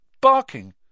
Barking